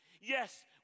Yes